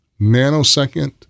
nanosecond